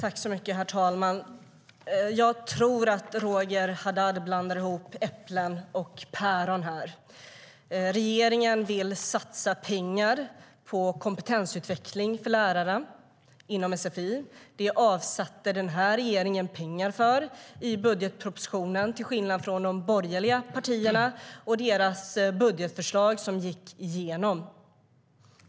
Herr talman! Jag tror att Roger Haddad blandar ihop äpplen och päron här. Regeringen vill satsa pengar på kompetensutveckling för lärare inom sfi. Det avsatte den här regeringen pengar för i budgetpropositionen, till skillnad från vad som är fallet i de borgerliga partiernas budgetförslag som gick igenom.